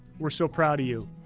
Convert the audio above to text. we're so proud of you.